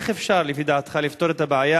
איך אפשר, לפי דעתך, לפתור את הבעיה